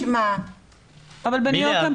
אמיליה,